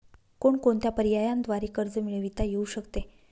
कोणकोणत्या पर्यायांद्वारे कर्ज मिळविता येऊ शकते?